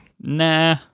Nah